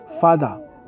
Father